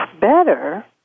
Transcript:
better